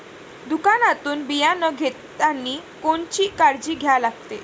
दुकानातून बियानं घेतानी कोनची काळजी घ्या लागते?